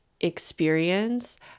experience